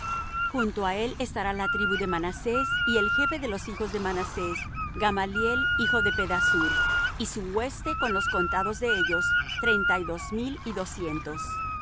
junto á él estará la tribu de manasés y el jefe de los hijos de manasés gamaliel hijo de pedasur y su hueste con los contados de ellos treinta y dos mil y doscientos y